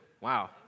Wow